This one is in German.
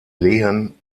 lehen